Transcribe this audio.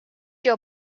your